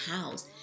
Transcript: house